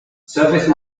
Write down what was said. surface